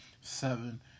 seven